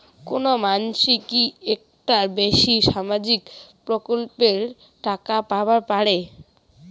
কোনো মানসি কি একটার বেশি সামাজিক প্রকল্পের টাকা পাবার পারে?